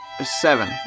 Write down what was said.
seven